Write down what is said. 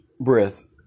breath